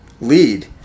lead